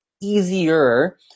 easier